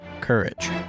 courage